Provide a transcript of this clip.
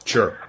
Sure